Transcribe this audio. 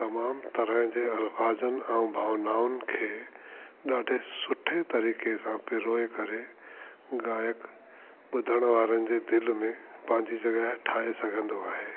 तमामु तरह जे अलफाज़नि भावनाउनि खे ॾाढे सुठे तरीके़ सां पिरोए करे गायक ॿुधण वारनि जे दिलि में पंहिंजी जॻह ठाहे सघंदो आहे